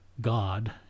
God